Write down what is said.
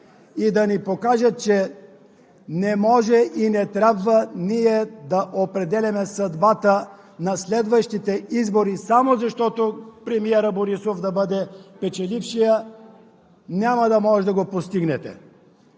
и да ни покажат, че не може и не трябва ние да определяме съдбата на следващите избори само за да бъде премиерът Борисов печелившият, няма да може да го постигнете!